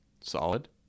solid